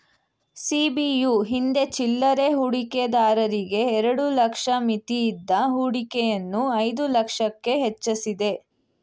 ಸಿ.ಬಿ.ಯು ಹಿಂದೆ ಚಿಲ್ಲರೆ ಹೂಡಿಕೆದಾರರಿಗೆ ಎರಡು ಲಕ್ಷ ಮಿತಿಯಿದ್ದ ಹೂಡಿಕೆಯನ್ನು ಐದು ಲಕ್ಷಕ್ಕೆ ಹೆಚ್ವಸಿದೆ